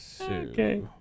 Okay